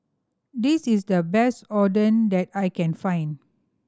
this is the best Oden that I can find